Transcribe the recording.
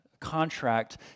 contract